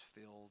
filled